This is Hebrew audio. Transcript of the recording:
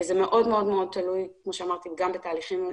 זה מאוד מאוד תלוי, כמו שאמרתי, גם בתהליכים.